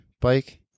bike